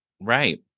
Right